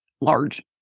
large